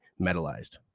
Metalized